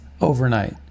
overnight